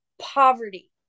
poverty